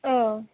औ